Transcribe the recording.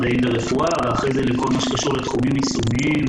מדעים ורפואה ואחרי זה לכל מה שקשור לתחומים יישומיים: